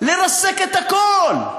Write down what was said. לרסק את הכול,